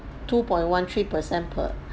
two point one three percent per